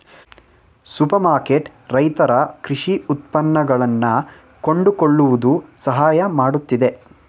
super ಮಾರುಕಟ್ಟೆ ರೈತರ ಕೃಷಿ ಉತ್ಪನ್ನಗಳನ್ನಾ ಕೊಂಡುಕೊಳ್ಳುವುದು ಸಹಾಯ ಮಾಡುತ್ತಿದೆ